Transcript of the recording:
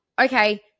okay